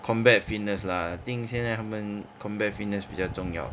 combat fitness lah think 现在他们 combat fitness 比较重要